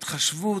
התחשבות,